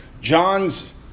John's